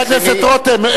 חבר הכנסת רותם,